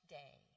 day